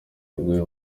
rw’uyu